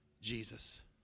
Jesus